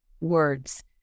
words